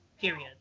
period